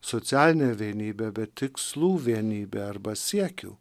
socialinė vienybė bet tikslų vienybė arba siekių